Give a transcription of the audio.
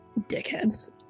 Dickheads